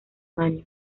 año